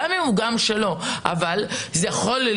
גם אם הוא גם שלו, יכול להיות